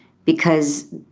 because,